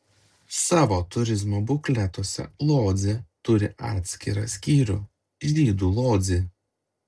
savo turizmo bukletuose lodzė turi atskirą skyrių žydų lodzė